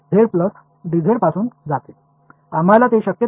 இதேபோல் z z dz ஆக மாறுகிறது